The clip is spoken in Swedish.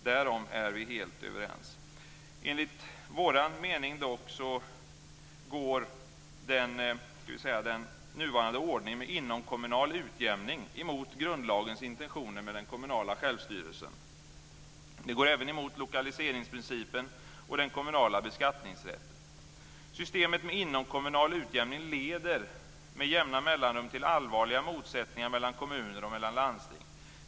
Därom är vi helt överens. Enligt vår mening går dock den nuvarande ordningen med inomkommunal utjämning emot grundlagens intentioner med den kommunala självstyrelsen. Den går även emot lokaliseringsprincipen och den kommunala beskattningsrätten. Systemet med inomkommunal utjämning leder med jämna mellanrum till allvarliga motsättningar mellan kommuner och mellan landsting.